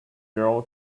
girl